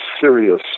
serious